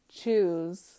choose